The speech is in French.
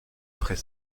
après